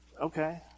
Okay